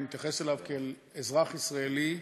אני מתייחס אליו כאל אזרח ישראלי,